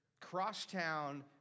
Crosstown